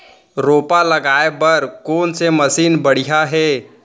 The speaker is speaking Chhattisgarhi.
रोपा लगाए बर कोन से मशीन बढ़िया हे?